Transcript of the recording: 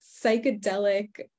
psychedelic